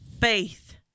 faith